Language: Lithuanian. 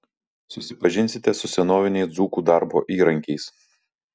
susipažinsite su senoviniais dzūkų darbo įrankiais